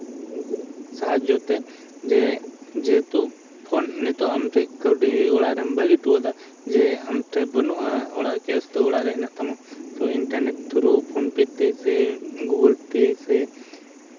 ᱥᱟᱦᱟᱡᱽᱡᱚ ᱛᱮ ᱡᱮ ᱡᱮᱦᱮᱛᱩ ᱯᱷᱳᱱ ᱱᱤᱛᱚᱜ ᱟᱢ ᱴᱷᱮᱱ ᱠᱟᱹᱣᱰᱤ ᱚᱲᱟᱜ ᱨᱮᱢ ᱵᱟᱹᱜᱤ ᱦᱚᱴᱚᱣᱟᱫᱟ ᱡᱮ ᱟᱢ ᱴᱷᱮᱱ ᱵᱟᱹᱱᱩᱜᱼᱟ ᱚᱲᱟᱜ ᱨᱮ ᱠᱮᱥ ᱫᱚ ᱚᱲᱟᱜ ᱨᱮ ᱢᱮᱱᱟᱜ ᱛᱟᱢᱟ ᱛᱚ ᱤᱱᱴᱟᱨᱱᱮᱴ ᱛᱷᱨᱩ ᱯᱷᱳᱱ ᱯᱮᱹ ᱛᱮᱥᱮ ᱜᱩᱜᱳᱞ ᱯᱮᱹ ᱥᱮ